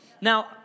Now